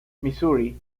misuri